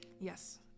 yes